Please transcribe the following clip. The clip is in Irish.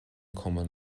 cumann